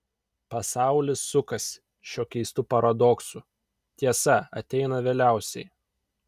pasaulis sukasi šiuo keistu paradoksu tiesa ateina vėliausiai